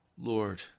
Lord